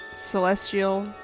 celestial